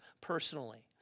personally